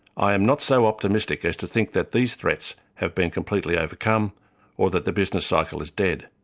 i am not so optimistic as to think that these threats have been completely overcome or that the business cycle is dead.